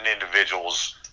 individuals